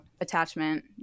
attachment